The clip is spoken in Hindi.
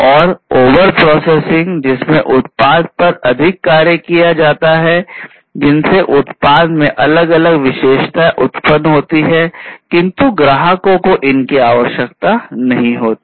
और ओवर प्रोसेसिंग जिसमें उत्पाद पर अधिक कार्य किया जाता है जिनसे उत्पाद में अलग अलग विशेषताएं उत्पन्न होती है किंतु ग्राहकों को इनकी आवश्यकता नहीं होती